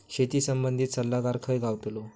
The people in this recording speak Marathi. शेती संबंधित सल्लागार खय गावतलो?